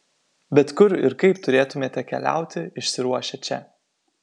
bet kur ir kaip turėtumėte keliauti išsiruošę čia